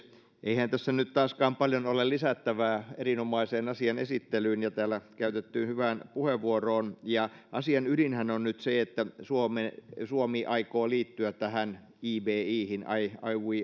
eihän tässä nyt taaskaan paljon ole lisättävää erinomaiseen asian esittelyyn ja täällä käytettyyn hyvään puheenvuoroon asian ydinhän on nyt se että suomi aikoo liittyä tähän ivihin kansainväliseen rokotuskeskukseen